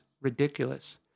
ridiculous